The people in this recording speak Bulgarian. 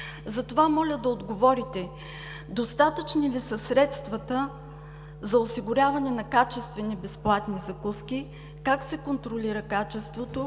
Моля да отговорите: достатъчни ли са средствата за осигуряване на качествени безплатни закуски? Как се контролира качеството?